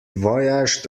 voyaged